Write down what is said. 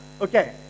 Okay